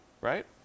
right